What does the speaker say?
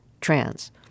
trans